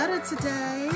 today